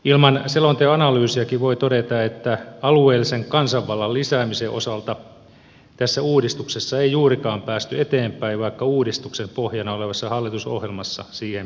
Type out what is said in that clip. ilman selonteon analyysiakin voi todeta että alueellisen kansanvallan lisäämisen osalta tässä uudistuksessa ei juurikaan päästy eteenpäin vaikka uudistuksen pohjana olevassa hallitusohjelmassa siihen pyrittiin